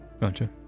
Gotcha